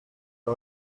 guy